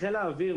חיל האוויר,